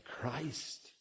Christ